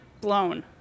blown